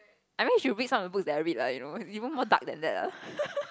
I mean you should read some of the books I read lah you know even more dark than that ah